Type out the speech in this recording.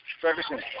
Ferguson